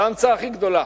זה ההמצאה הכי גדולה.